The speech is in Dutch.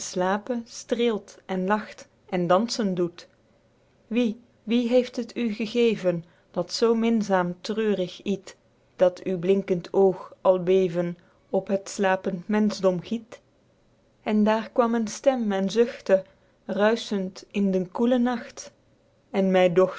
slape streelt en lacht en dansen doet wie wie heeft het u gegeven dat zoo minzaem treurig iet dat uw blinkende ooge al beven op het slapend menschdom giet en daer kwam een stemme en zuchtte ruischend in den koelen nacht en